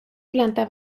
planta